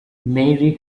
mary